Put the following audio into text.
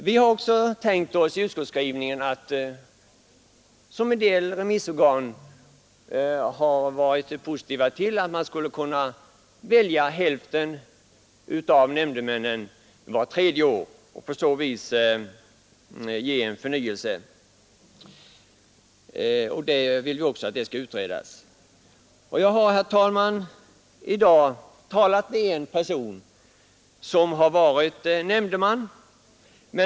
Vi har också tänkt oss vid utskottsbehandlingen att man — vilket en del remissorgan varit positiva till skulle kunna välja hälften av nämndemännen vart tredje år och på så vis få en förnyelse, och vi vill också att det skall utredas. Jag har, herr talman, i dag talat med en person som varit nämndeman.